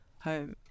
home